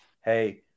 hey